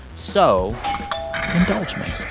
so indulge me.